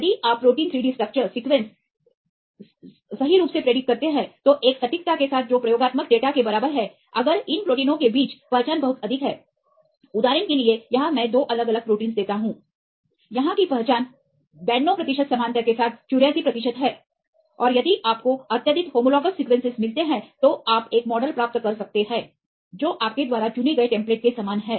यदि आप प्रोटीन की 3D स्ट्रक्चर्स की सीक्वेंस से सही भविष्यवाणी करते हैं तो एक सटीकता के साथ जो प्रयोगात्मक डेटा के बराबर है अगर इन प्रोटीनों के बीच पहचान बहुत अधिक है उदाहरण के लिए यहां मैं 2 अलग अलग प्रोटीन देता हूं यहां की पहचान 92 प्रतिशत समानता के साथ 84 प्रतिशत है और यदि आपको अत्यधिक होमोलॉग्स सीक्वेंसेस मिलते हैं तो आप एक मॉडल प्राप्त कर सकते हैं जो आपके द्वारा चुने गए टेम्पलेट के समान है